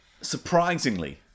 Surprisingly